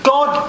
God